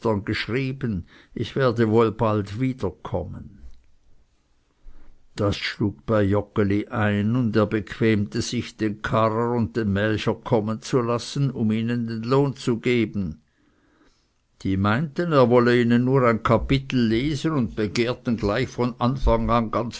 geschrieben ich werde wohl bald wieder kommen das schlug bei joggeli ein und er bequemte sich den karrer und den melcher kommen zu lassen um ihnen den lohn zu geben die meinten er wolle ihnen nur ein kapitel lesen und begehrten gleich von anfang ganz